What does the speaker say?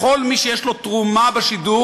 לכל מי שיש לו תרומה בשידור,